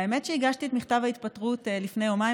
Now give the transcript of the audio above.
האמת שהגשתי את מכתב ההתפטרות לפני יומיים